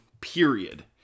period